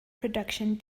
production